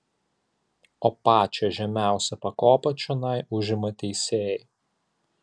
o pačią žemiausią pakopą čionai užima teisėjai